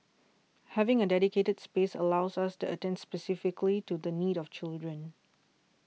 having a dedicated space allows us to attend specifically to the needs of children